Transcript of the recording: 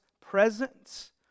presence